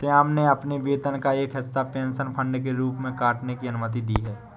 श्याम ने अपने वेतन का एक हिस्सा पेंशन फंड के रूप में काटने की अनुमति दी है